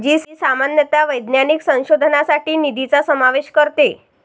जी सामान्यतः वैज्ञानिक संशोधनासाठी निधीचा समावेश करते